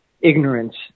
ignorance